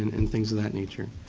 and and things of that nature.